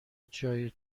جای